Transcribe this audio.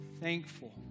thankful